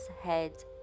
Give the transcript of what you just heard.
head